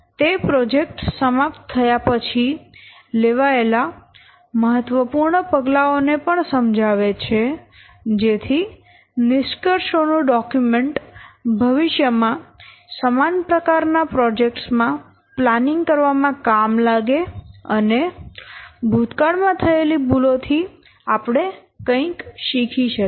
તે પ્રોજેક્ટ સમાપ્ત થયા પછી લેવાયેલા મહત્વપૂર્ણ પગલાઓને પણ સમજાવે છે જેથી નિષ્કર્ષો નું ડોક્યુમેન્ટ ભવિષ્ય માં સમાન પ્રકાર ના પ્રોજેક્ટ્સ માં પ્લાંનિંગ કરવામાં કામ લાગે અને ભૂતકાળ માં થયેલી ભૂલોથી આપણે કંઈક શીખી શકીએ